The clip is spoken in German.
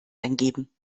eingeben